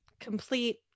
complete